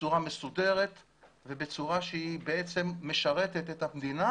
בצורה מסודרת ובצורה שהיא בעצם משרתת את המדינה